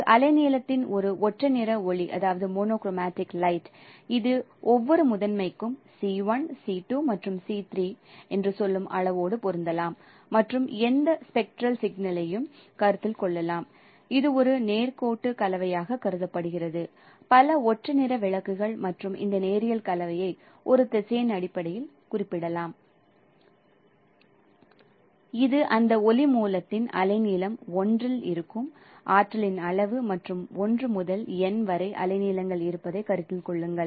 ஒரு அலைநீளத்தின் ஒரு ஒற்றை நிற ஒளி இது ஒவ்வொரு முதன்மைக்கும் C 1 C 2 மற்றும் C 3 என்று சொல்லும் அளவோடு பொருந்தலாம் மற்றும் எந்த ஸ்பெக்ட்ரல் சிக்னலையும்கருத்தில் கொள்ளலாம் இது ஒரு நேர்கோட்டு கலவையாக கருதப்படுகிறது பல ஒற்றை நிற விளக்குகள் மற்றும் இந்த நேரியல் கலவையை ஒரு திசையன் அடிப்படையில் குறிப்பிடலாம் இது அந்த ஒளி மூலத்தில் அலைநீளம் 1 இல் இருக்கும் ஆற்றலின் அளவு மற்றும் 1 முதல் n வரை அலைநீளங்கள் இருப்பதைக் கருத்தில் கொள்ளுங்கள்